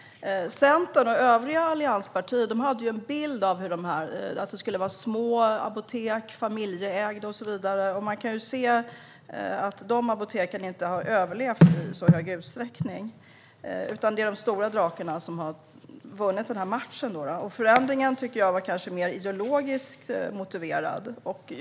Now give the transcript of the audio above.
Centern och övriga allianspartier hade en bild av att det skulle vara små familjeägda apotek och så vidare. Man kan se att de apoteken inte har överlevt i så hög utsträckning. Det är de stora drakarna som har vunnit matchen. Förändringen var kanske mer ideologiskt motiverad.